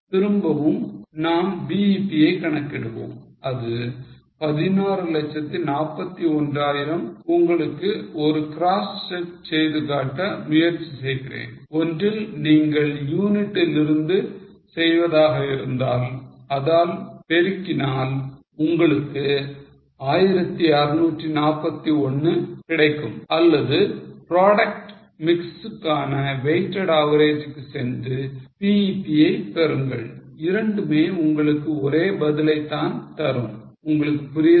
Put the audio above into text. திரும்பவும் நாம் BEP யை கணக்கிடுவோம் அது 1641000 உங்களுக்கு ஒரு cross check செய்து காட்ட முயற்சி செய்கிறேன் ஒன்றில் நீங்கள் யூனிட்டில் இருந்து செய்வதாக இருந்தால் அதால் பெருக்கினால் உங்களுக்கு 1641 கிடைக்கும் அல்லது product mix க்கான weighted average க்கு சென்று BEP யை பெறுங்கள் இரண்டுமே உங்களுக்கு ஒரே பதிலைத்தான் தரும் உங்களுக்கு புரியுதா